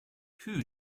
who